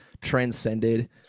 transcended